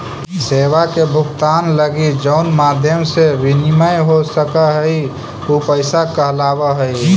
सेवा के भुगतान लगी जउन माध्यम से विनिमय हो सकऽ हई उ पैसा कहलावऽ हई